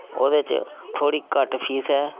ओह्दे च थोह्ड़ी घट्ट फीस ऐ